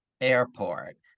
airport